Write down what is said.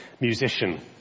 musician